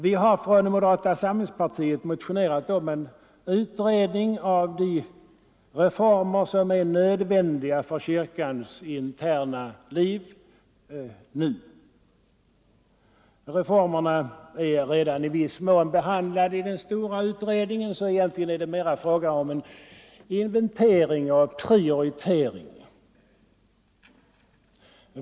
Vi har från moderata samlingspartiet motionerat om en utredning av de reformer som nu är nödvändiga för kyrkans interna liv. Reformerna är redan i viss mån behandlade i den stora utredningen. Egentligen är det därför mera fråga om en inventering och en prioritering.